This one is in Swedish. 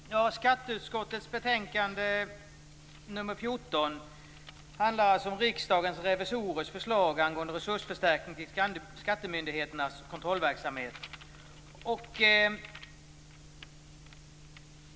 Fru talman! Skatteutskottets betänkande 14 handlar om Riksdagens revisorers förslag angående resursförstärkning till skattemyndigheternas kontrollverksamhet.